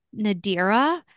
Nadira